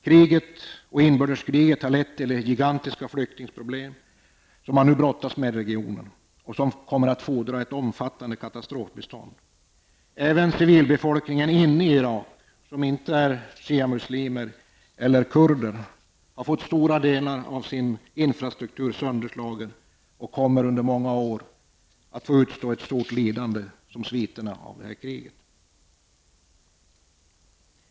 Kriget och inbördeskriget har lett till ett gigantiskt flyktingproblem, som man nu brottas med i regionen och som kommer att fordra ett omfattande katastrofbistånd. Även civilbefolkningen inne i Irak, som inte består av shiamuslimer eller kurder, har fått stora delar av sin infrastruktur sönderslagen och kommer under många år att få lida mycket av sviterna efter kriget.